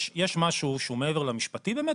יש משהו שהוא מעבר למשפטי באמת,